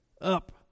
up